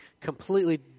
completely